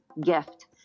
gift